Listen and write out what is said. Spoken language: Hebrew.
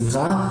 סליחה,